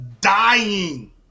dying